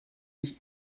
mich